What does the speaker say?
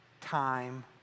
time